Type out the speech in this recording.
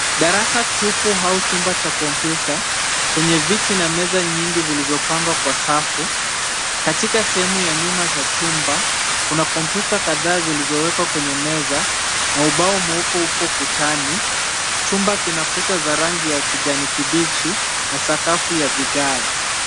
Darasa tupu au chumba cha kompyuta chenye viti na meza nyingi zilizopangwa kwa safu. Katika sehemu ya nyuma cha chumba kuna kompyuta kadhaa zilizowekwa kwenye meza na ubao mweupe upo ukutani. Chumba kina kuta za rangi za kijani kibichi na sakafu ya vigae.